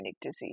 disease